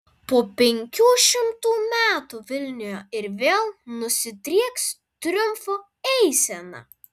po penkių šimtų metų vilniuje ir vėl nusidrieks triumfo eisena